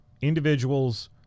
individuals